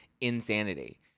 insanity